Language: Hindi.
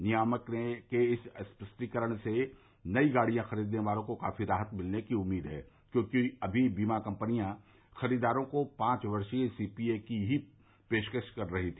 नियामक के इस स्पष्टीकरण से नई गाड़ियां ख़रीदने वालों को काफ़ी राहत मिलने की उम्मीद है क्योंकि अमी बीमा कम्पनियां खरीदारों को पांच वर्षीय सीपीए की ही पेशकश कर रही हैं